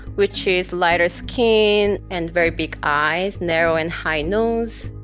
which is lighter skin, and very big eyes, narrow and high nose,